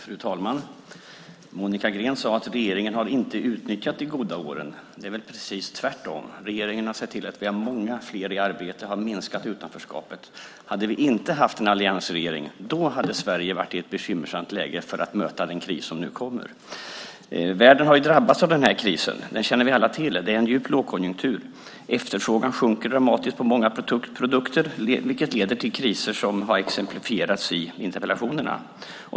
Fru talman! Monica Green sade att regeringen inte har utnyttjat de goda åren. Det är väl precis tvärtom. Regeringen har sett till att vi har många fler i arbete och har minskat utanförskapet. Hade vi inte haft en alliansregering hade Sverige varit i ett bekymmersamt läge för att möta den kris som nu kommer. Världen har drabbats av den här krisen - det känner vi alla till. Det är en djup lågkonjunktur. Efterfrågan sjunker dramatiskt på många produkter, vilket leder till kriser som har exemplifierats i interpellationerna.